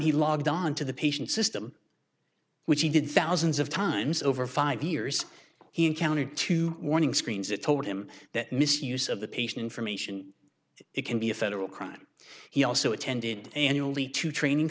he logged on to the patient system which he did thousands of times over five years he encountered two warning screens that told him that misuse of the patient information it can be a federal crime he also attended annually to training